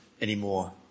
anymore